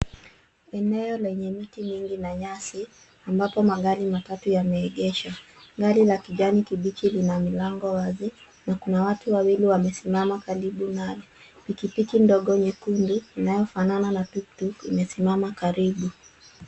Eneo lenye miti mingi na nyasi ambapo magari matatu yameegeshwa. Gari la kijani kibichi lina milango wazi na kuna watu wawili wamesimama karibu na pikipiki ndogo nyekundu inayofanana na tukuk imesimama karibu.